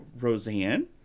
Roseanne